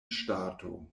ŝtato